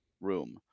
room